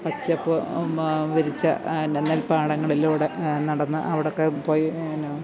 പച്ചപ്പ് വിരിച്ച എന്നാ നെൽപാടങ്ങളിലൂടെ നടന്ന് അവിടൊക്കെ പോയി